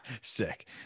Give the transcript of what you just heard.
Sick